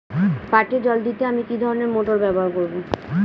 পাটে জল দিতে আমি কি ধরনের মোটর ব্যবহার করব?